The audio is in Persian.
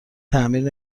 تعمیر